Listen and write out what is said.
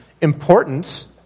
importance